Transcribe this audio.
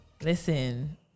Listen